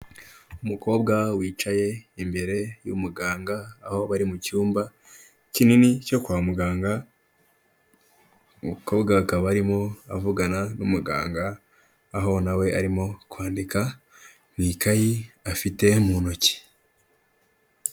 Umukobwa wicaye imbere y'umuganga, aho bari mu cyumba kinini cyo kwa muganga, umukobwa akaba arimo avugana n'umuganga, aho nawe arimo kwandika mu ikayi afite mu ntoki.